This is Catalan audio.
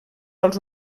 als